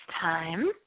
time